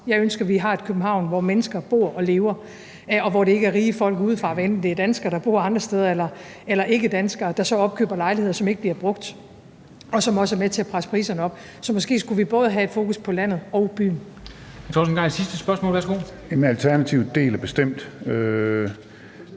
Jeg ønsker, at vi har et København, hvor mennesker bor og lever, og hvor det ikke er rige folk udefra, hvad enten det er danskere, der bor andre steder, eller ikkedanskere, der så opkøber lejligheder, som ikke bliver brugt, og som også er med til at presse priserne op. Så måske skulle vi både have et fokus på landet og på byen.